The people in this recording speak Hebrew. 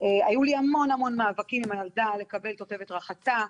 היו לי המון-המון מאבקים לגבי הילדה לקבל תותבת רחצה.